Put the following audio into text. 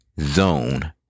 zone